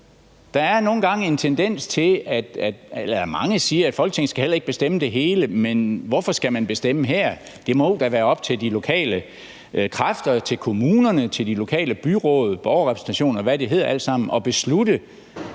bestemme her. Mange siger, at Folketinget heller ikke skal bestemme det hele, men hvorfor skal man bestemme her? Det må da være op til de lokale kræfter, til kommunerne, til de lokale byråd, Borgerrepræsentation, og hvad det alt sammen hedder, at beslutte